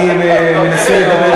אני מנסה לדבר,